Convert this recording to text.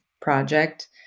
project